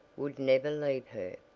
would never leave her.